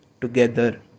together